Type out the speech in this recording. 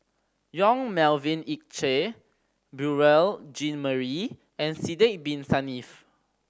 Yong Melvin Yik Chye Beurel Jean Marie and Sidek Bin Saniff